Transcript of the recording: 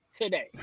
today